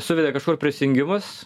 suvedė kažkur prisijungimus